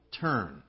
turn